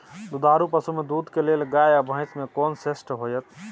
दुधारू पसु में दूध के लेल गाय आ भैंस में कोन श्रेष्ठ होयत?